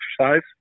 exercise